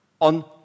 on